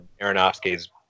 Aronofsky's